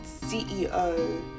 CEO